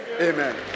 Amen